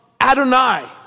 Adonai